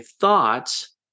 thoughts